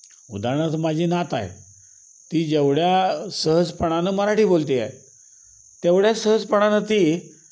उदाहरणार्थ माझी नात आहे ती जेवढ्या सहजपणानं मराठी बोलती आहे तेवढ्या सहजपणानं ती